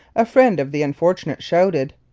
a friend of the unfortunate shouted,